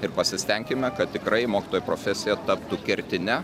ir pasistenkime kad tikrai mokytojo profesija taptų kertine